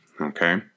Okay